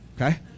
okay